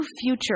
future